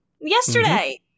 yesterday